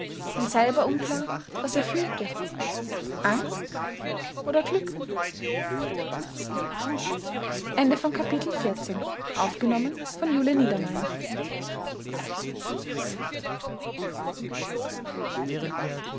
und selber unklar was er fühlte angst oder glück